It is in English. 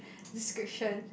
description